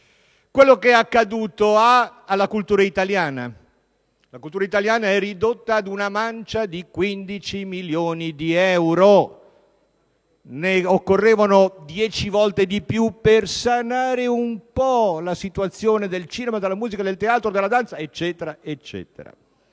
quello che è accaduto alla cultura italiana. Quest'ultima è ridotta ad una mancia di 15 milioni di euro; ne occorrevano dieci volte di più per sanare un po' la situazione del cinema, della musica, del teatro, della danza e così via.